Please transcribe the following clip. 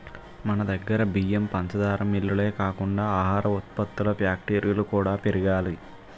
మనదగ్గర బియ్యం, పంచదార మిల్లులే కాకుండా ఆహార ఉత్పత్తుల ఫ్యాక్టరీలు కూడా పెరగాలి